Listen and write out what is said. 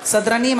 סדרנים,